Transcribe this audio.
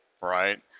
Right